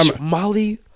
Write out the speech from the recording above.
Molly